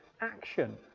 action